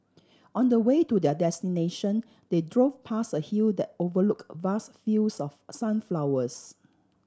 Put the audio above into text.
on the way to their destination they drove past a hill that overlooked vast fields of sunflowers